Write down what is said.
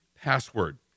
password